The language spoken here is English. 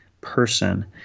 person